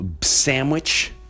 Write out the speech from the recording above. Sandwich